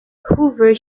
hoover